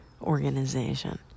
organization